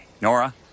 Nora